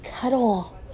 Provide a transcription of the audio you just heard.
cuddle